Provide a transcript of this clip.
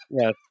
yes